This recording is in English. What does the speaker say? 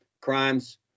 crimes